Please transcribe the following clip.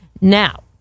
Now